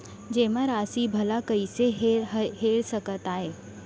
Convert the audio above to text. जेमा राशि भला कइसे हेर सकते आय?